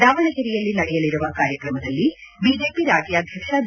ದಾವಣಗೆರೆಯಲ್ಲಿ ನಡೆಯಲಿರುವ ಕಾರ್ಯಕ್ರಮದಲ್ಲಿ ಬಿಜೆಪಿ ರಾಜ್ಯಾಧ್ಯಕ್ಷ ಬಿ